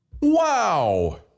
Wow